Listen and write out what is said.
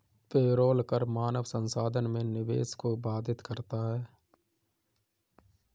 payroll कर मानव संसाधन में निवेश को बाधित करता है